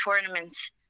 tournaments